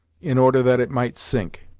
in order that it might sink.